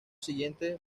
siguiente